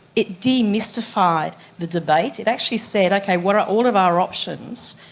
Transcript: it demystified the debate. it actually said, okay, what are all of our options?